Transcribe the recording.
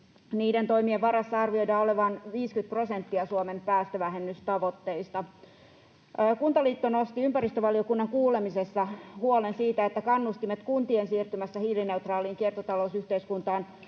Niiden toimien varassa arvioidaan olevan 50 prosenttia Suomen päästövähennystavoitteista. Kuntaliitto nosti ympäristövaliokunnan kuulemisessa huolen siitä, että kannustimet kuntien siirtymisessä hiilineutraaliin kiertotalousyhteiskuntaan